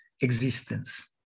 existence